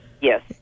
Yes